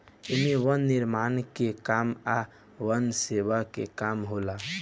एमे वन निर्माण के काम आ वन सेवा के काम होला